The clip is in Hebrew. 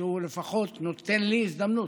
שהוא לפחות נותן לי הזדמנות.